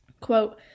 Quote